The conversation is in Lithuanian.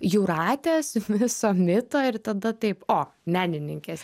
jūratės viso mito ir tada taip o menininkės